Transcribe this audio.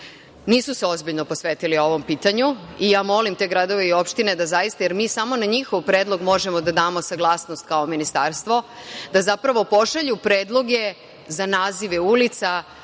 nisu se ozbiljno posvetili ovom pitanju i ja molim te gradove i opštine da zaista, jer mi samo na njihov predlog možemo da damo saglasnost kao ministarstvo, da zapravo pošalju predloge za nazive ulica,